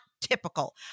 typical